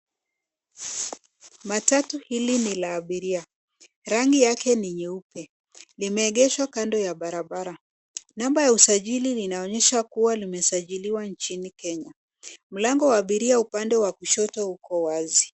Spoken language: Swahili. Matatu hili ni la abiria, rangi yake ni nyeupe. Limeegeshwa kando ya barabara. Namba ya usajili inaonyesha kuwa limesajiliwa nchini Kenya. Mlango wa abiria upande wa kushoto huko wazi.